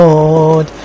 Lord